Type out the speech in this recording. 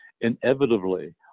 Inevitably